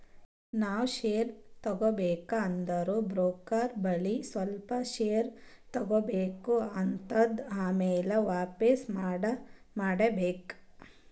ನಾವ್ ಶೇರ್ ತಗೋಬೇಕ ಅಂದುರ್ ಬ್ರೋಕರ್ ಬಲ್ಲಿ ಸ್ವಲ್ಪ ಶೇರ್ ತಗೋಬೇಕ್ ಆತ್ತುದ್ ಆಮ್ಯಾಲ ವಾಪಿಸ್ ಮಾಡ್ಬೇಕ್